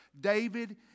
David